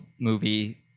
movie